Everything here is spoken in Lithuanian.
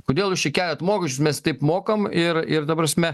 kodėl jūs čia keliat mokesčius mes taip mokam ir ir ta prasme